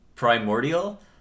primordial